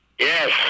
yes